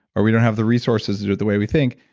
or we don't have the resources with the way we think,